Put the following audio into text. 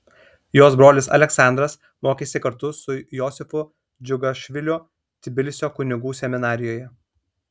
jos brolis aleksandras mokėsi kartu su josifu džiugašviliu tbilisio kunigų seminarijoje